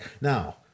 Now